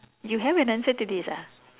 you have an answer to this ah